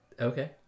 Okay